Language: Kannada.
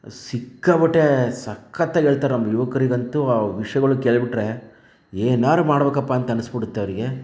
ಸಿಕ್ಕಾಪಟ್ಟೆ ಸಖತ್ ಆಗಿ ಹೇಳ್ತಾರೆ ನಮ್ಮ ಯುವಕರಿಗಂತೂ ಅವರ ವಿಷಯಗಳು ಕೇಳ್ಬಿಟ್ರೆ ಏನಾದ್ರು ಮಾಡ್ಬೇಕಪ್ಪಾ ಅಂತ ಅನ್ನಿಸ್ಬಿಡುತ್ತೆ ಅವರಿಗೆ